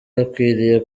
akwiriye